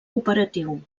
operatiu